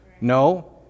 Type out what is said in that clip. No